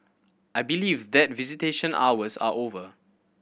I believe that visitation hours are over